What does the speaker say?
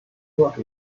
work